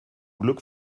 glück